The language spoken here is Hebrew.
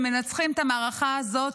שמנצחים את המערכה הזאת,